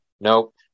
nope